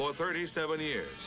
for thirty seven years